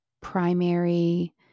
primary